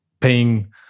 paying